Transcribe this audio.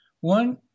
one